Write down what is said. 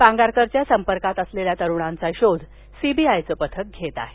पांगारकरच्या संपर्कात असलेल्या तरुणांचा शोध सीबीआयचं पथक घेत आहे